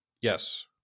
Yes